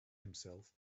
himself